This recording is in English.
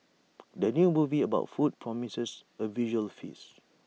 the new movie about food promises A visual feast